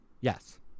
Yes